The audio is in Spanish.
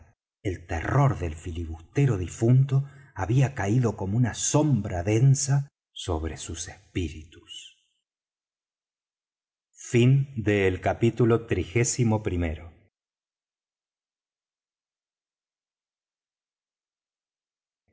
el terror del filibustero difunto había caído como una sombra densa sobre sus espíritus capítulo